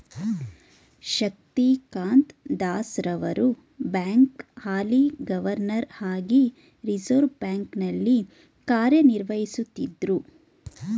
ಶಕ್ತಿಕಾಂತ್ ದಾಸ್ ರವರು ಬ್ಯಾಂಕ್ನ ಹಾಲಿ ಗವರ್ನರ್ ಹಾಗಿ ರಿವರ್ಸ್ ಬ್ಯಾಂಕ್ ನಲ್ಲಿ ಕಾರ್ಯನಿರ್ವಹಿಸುತ್ತಿದ್ದ್ರು